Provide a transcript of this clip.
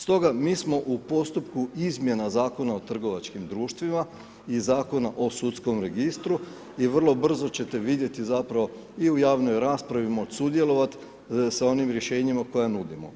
Stoga, mi smo u postupku izmjena Zakona o trgovačkim društvima i Zakona o sudskom registru, i vrlo brzo će te vidjeti zapravo, i u javnoj raspravi moć' sudjelovat', sa onim rješenjima koje nudimo.